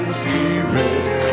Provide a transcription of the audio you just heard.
spirit